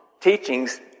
teachings